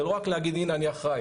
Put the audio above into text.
זה לא רק להגיד, הנה, אני אחראי.